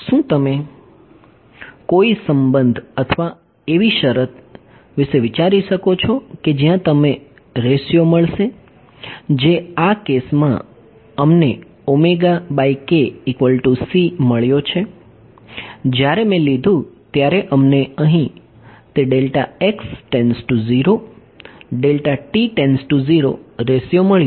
શું તમે કોઈ સંબંધ અથવા એવી શરત વિશે વિચારી શકો છો કે જ્યાં તમને રેશિયો મળશે જે આ કેસમાં અમને મળ્યો છે જ્યારે મેં લીધો ત્યારે અમને અહીં તે રેશિયો મળ્યો